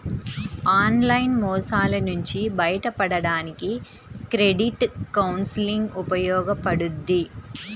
online మోసాల నుంచి బయటపడడానికి క్రెడిట్ కౌన్సిలింగ్ ఉపయోగపడుద్ది